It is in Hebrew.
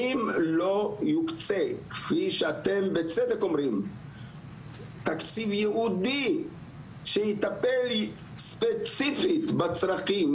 אם לא יוקצה כפי שאתם בצדק אומרים תקציב ייעודי שיטפל ספציפית בצרכים,